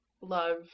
love